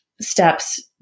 steps